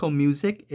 music